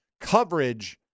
coverage –